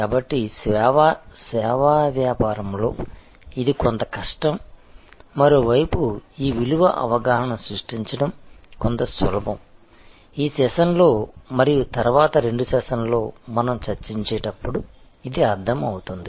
కాబట్టి సేవా వ్యాపారంలో ఇది కొంత కష్టం మరియు మరోవైపు ఈ విలువ అవగాహనను సృష్టించడం కొంత సులభం ఈ సెషన్లో మరియు తరువాతి రెండు సెషన్లలో మనం చర్చించేటప్పుడు ఇది అర్థం అవుతుంది